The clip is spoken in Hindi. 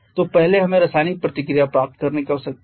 तो पहले हमें रासायनिक प्रतिक्रिया प्राप्त करने की आवश्यकता है